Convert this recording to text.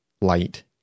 light